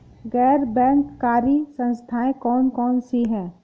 गैर बैंककारी संस्थाएँ कौन कौन सी हैं?